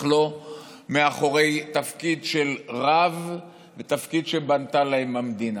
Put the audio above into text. לא מאחורי תפקיד של רב ותפקיד שבנתה להם המדינה.